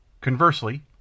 Conversely